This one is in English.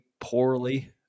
poorly